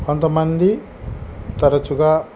కొంతమంది తరుచుగా